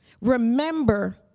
Remember